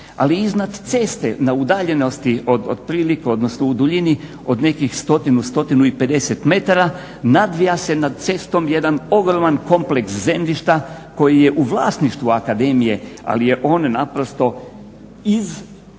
Ali iznad ceste na udaljenosti otprilike, odnosno u duljini od nekih 100, 150 metara nadvija se nad cestom jedan ogroman kompleks zemljišta koji je u vlasništvu akademije, ali on je naprosto iznad